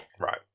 Right